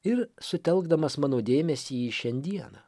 ir sutelkdamas mano dėmesį į šiandieną